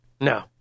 No